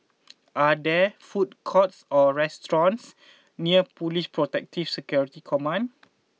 are there food courts or restaurants near Police Protective Security Command